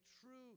true